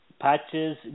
Patches